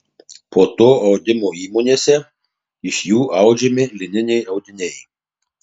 po to audimo įmonėse iš jų audžiami lininiai audiniai